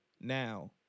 Now